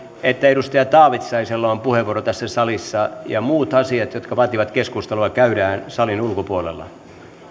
että edustaja taavitsaisella on puheenvuoro tässä salissa ja muut asiat jotka vaativat keskustelua käydään salin ulkopuolella